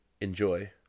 enjoy